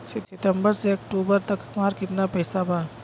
सितंबर से अक्टूबर तक हमार कितना पैसा बा?